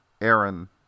Aaron